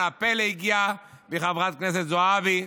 הפלא הגיע מחברת הכנסת זועבי,